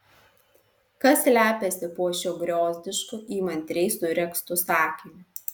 kas slepiasi po šiuo griozdišku įmantriai suregztu sakiniu